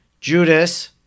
Judas